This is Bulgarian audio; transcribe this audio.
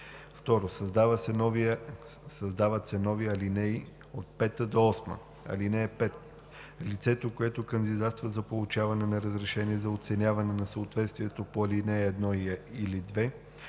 2“. 2. Създават се нови ал. 5 – 8: „(5) Лицето, което кандидатства за получаване на разрешение за оценяване на съответствието по ал. 1 или 2,